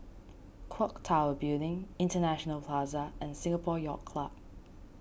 Clock Tower Building International Plaza and Singapore Yacht Club